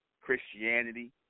Christianity